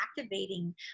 activating